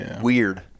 weird